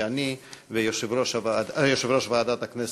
שאני ויושב-ראש ועדת הכנסת,